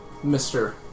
Mr